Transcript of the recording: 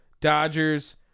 Dodgers